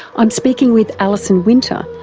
i'm speaking with alison winter,